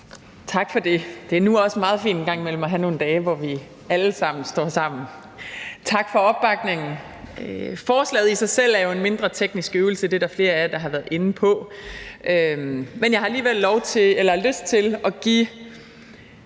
Tak for det. Det er nu også meget fint en gang imellem at have nogle dage, hvor vi alle sammen står sammen. Tak for opbakningen. Forslaget i sig selv er jo en mindre, teknisk øvelse, og det er der flere af jer, der har været inde på, men jeg har alligevel lyst til at give